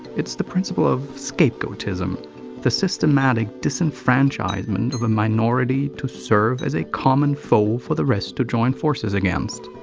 it's the principle of scapegoatism the systematic disenfranchisement of a minority to serve as a common foe for the rest to join forces against.